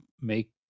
make